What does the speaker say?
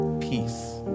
peace